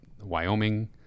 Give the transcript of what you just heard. Wyoming